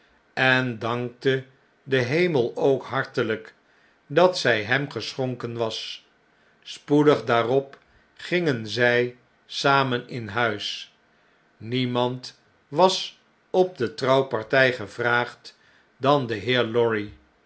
en dankte den hemel ook harteiyk dat zij hem geschonken was spoedig daarop gingen zij samen in huis niemand was op de trouwparty gevraagd dan de heer lorry